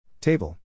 Table